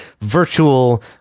virtual